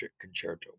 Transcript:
Concerto